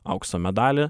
aukso medalį